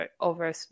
over